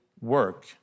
work